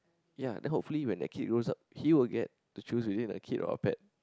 ya then hopefully when the kid grows up he will get to choose between a kid or a pet